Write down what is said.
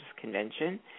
Convention